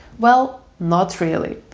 well, not really.